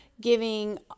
giving